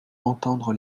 entendre